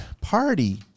party